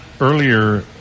earlier